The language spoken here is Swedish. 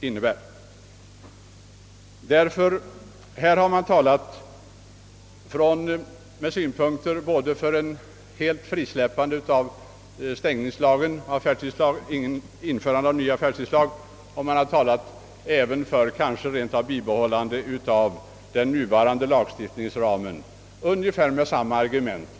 Här har det framförts förslag om ett fullständigt slopande av affärstidslagen men också om ett bibehållande av den nuvarande lagstiftningen, varvid argumenten har varit ungefär desamma.